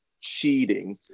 cheating